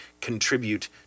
contribute